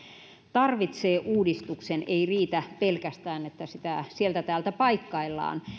tarvitsee uudistuksen ei riitä pelkästään että sitä sieltä täältä paikkaillaan